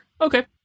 Okay